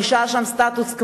נשאר שם סטטוס-קוו,